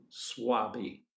Swabby